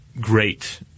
great